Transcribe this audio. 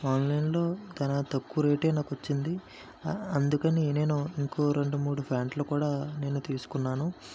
ఆన్లైన్లో చాలా తక్కువ రేటే నాకు వచ్చింది అందుకని నేను ఇంకో రెండు మూడు ప్యాంట్లు కూడా నేను తీసుకున్నాను